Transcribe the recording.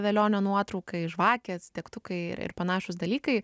velionio nuotraukai žvakės degtukai ir ir panašūs dalykai